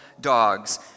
dogs